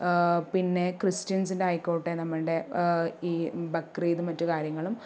പിന്നെ ക്രിസ്റ്റിയൻസിൻ്റെ ആയിക്കോട്ടെ നമ്മുടെ ഈ ബക്രീദ് മറ്റു കാര്യങ്ങളും